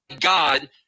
God